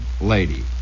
lady